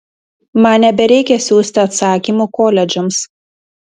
man nebereikia siųsti atsakymų koledžams